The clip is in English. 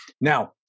Now